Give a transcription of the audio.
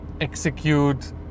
execute